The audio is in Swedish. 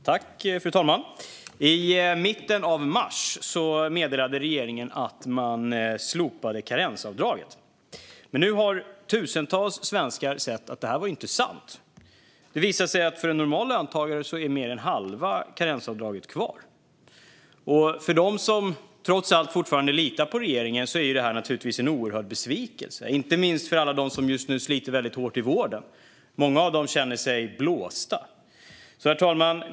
Fru talman! I mitten av mars meddelade regeringen att man slopade karensavdraget. Men nu har tusentals svenskar sett att det inte var sant. Det visar sig att för en normal löntagare är mer än halva karensavdraget kvar. För dem som trots allt fortfarande litar på regeringen är det naturligtvis en oerhörd besvikelse, inte minst för alla dem som just nu sliter väldigt hårt i vården. Många av dem känner sig blåsta. Fru talman!